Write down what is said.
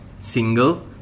Single